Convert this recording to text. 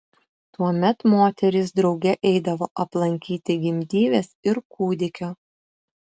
tuomet moterys drauge eidavo aplankyti gimdyvės ir kūdikio